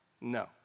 No